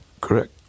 Correct